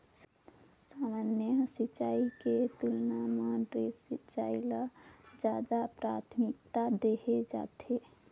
सामान्य सिंचाई के तुलना म ड्रिप सिंचाई ल ज्यादा प्राथमिकता देहे जाथे